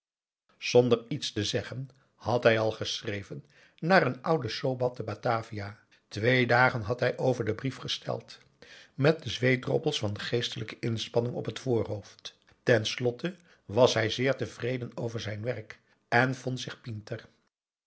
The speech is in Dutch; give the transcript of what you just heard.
zonder iets te zeggen had hij al geschreven naar een ouden sobat te batavia twee dagen had hij over den brief gesteld met de zweetdroppels van geestelijke inspanning op het voorhoofd ten slotte was hij zeer tevreden over zijn werk en